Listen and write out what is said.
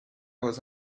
was